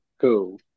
cool